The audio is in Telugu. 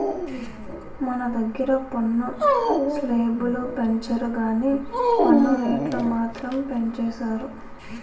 మన దగ్గిర పన్ను స్లేబులు పెంచరు గానీ పన్ను రేట్లు మాత్రం పెంచేసారు